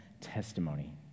testimony